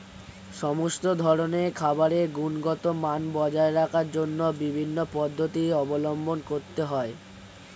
সমস্ত ধরনের খাবারের গুণগত মান বজায় রাখার জন্য বিভিন্ন পদ্ধতি অবলম্বন করতে হয়